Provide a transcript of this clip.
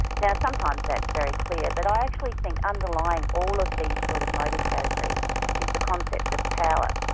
now, sometimes that's very clear, but i actually think underlying all of these sort of motive categories is the concept of power,